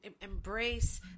embrace